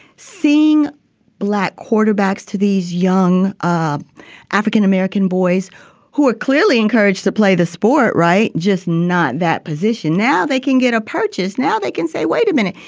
seeing black quarterbacks, to these young um african-american boys who are clearly encouraged to play the sport. right. just not that position. now they can get a purchase. now they can say, wait a minute.